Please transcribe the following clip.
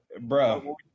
bro